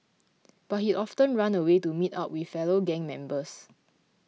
but he often ran away to meet up with fellow gang members